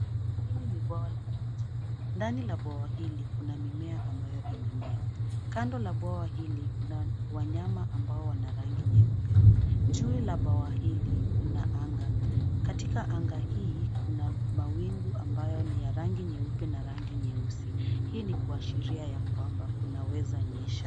Hili ni bwawa la maji. Ndani la bwawa hili kuna mimea ambayo imemea. Kando la bwawa hili kuna wanyama ambao wana rangi nyeupe. Juu la bwawa hili kuna anga, katika anga hii kuna mawingu ambayo ni ya rangi nyeupe na rangi nyeusi. Hii ni kuashiria ya kwamba kunaweza nyesha.